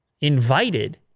invited